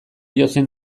jotzen